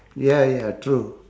ya ya true